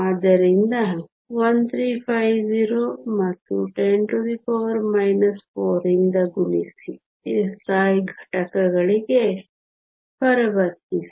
ಆದ್ದರಿಂದ 1350 ಮತ್ತು 10 4 ರಿಂದ ಗುಣಿಸಿ SI ಘಟಕಗಳಿಗೆ ಪರಿವರ್ತಿಸಿ